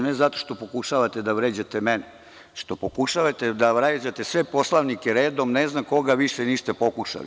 Ne zato što pokušavate da vređate mene, što pokušavate da vređate sve poslanike redom, ne znam koga više niste pokušali.